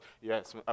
yes